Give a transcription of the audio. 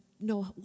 No